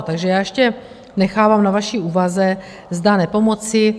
Takže ještě nechávám na vaší úvaze, zda nepomoci.